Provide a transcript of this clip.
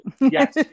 Yes